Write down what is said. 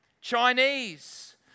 Chinese